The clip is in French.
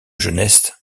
jeunesse